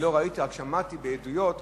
אני לא ראיתי ורק שמעתי עדויות,